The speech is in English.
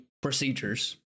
procedures